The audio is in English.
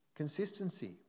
consistency